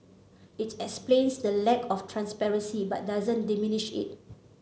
it explains the lack of transparency but doesn't diminish it